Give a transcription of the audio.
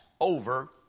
over